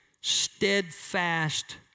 steadfast